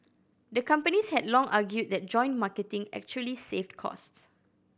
the companies had long argued that joint marketing actually saved costs